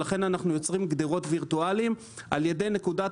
ולכן אנחנו יוצרים גדרות וירטואליים על ידי נקודת